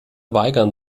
weigern